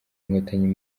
inkotanyi